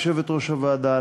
יושבת-ראש הוועדה,